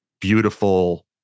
beautiful